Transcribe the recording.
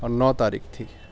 اور نو تاریخ تھی